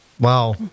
Wow